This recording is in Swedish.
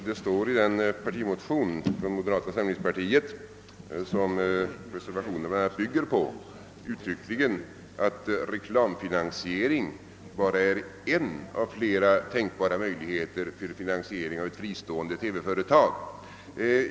Herr talman! I den partimotion från moderata samlingspartiet som reservationerna bygger på står det uttryckligen, herr Eliasson i Sundborn, att reklamfinansiering bara är en av flera tänkbara möjligheter till finansiering av ett fristående TV-företag.